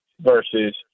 versus